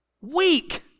Weak